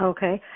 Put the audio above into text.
Okay